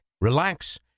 relax